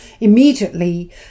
immediately